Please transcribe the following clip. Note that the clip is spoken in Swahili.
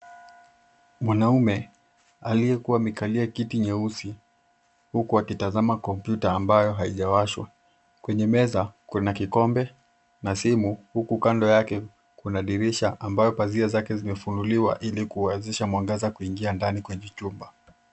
Mwanaume, aliyekuwa amekalia kiti nyeusi, huku akitazama kompyuta ambayo haijawashwa. Kwenye meza, kuna kikombe na simu, huku kando yake kuna dirisha ambayo pazia zake zimefunuliwa ili kuwezesha mwangaza kuingia ndani kwenye chumba.